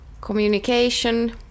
Communication